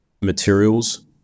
materials